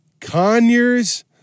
Conyers